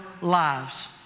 lives